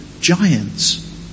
giants